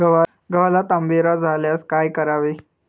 गव्हाला तांबेरा झाल्यास काय करावे?